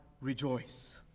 rejoice